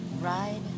Ride